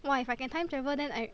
!wah! if I can time travel then I